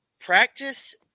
Practice